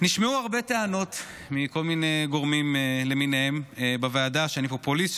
נשמעו הרבה טענות מכל מיני גורמים למיניהם בוועדה שאני פופוליסט,